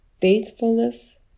faithfulness